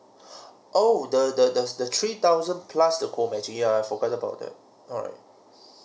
oh the the the the three thousand plus the co matching yeah I forgot about that alright